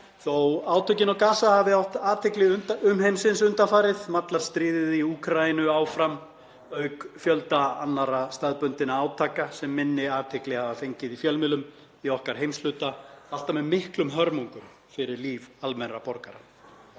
Þótt átökin á Gaza hafi átt athygli umheimsins undanfarið mallar stríðið í Úkraínu áfram auk fjölda annarra staðbundinna átaka sem minni athygli hafa fengið í fjölmiðlum í okkar heimshluta, alltaf með miklum hörmungum fyrir líf almennra borgara.